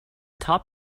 top